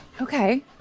okay